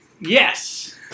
yes